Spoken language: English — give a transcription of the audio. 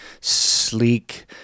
sleek